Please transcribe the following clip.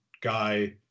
guy